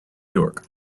york